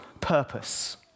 purpose